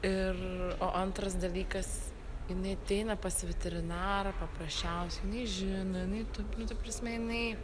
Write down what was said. ir o antras dalykas jinai ateina pas veterinarą paprasčiausiai jinai žino jinai tu nu ta prasme jinai